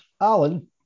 Alan